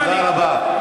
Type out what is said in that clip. תודה רבה.